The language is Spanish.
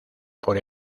por